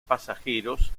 pasajeros